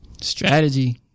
Strategy